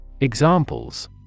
Examples